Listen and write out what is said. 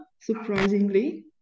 surprisingly